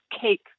cake